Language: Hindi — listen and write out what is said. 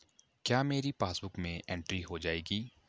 क्या मेरी पासबुक में एंट्री हो जाएगी?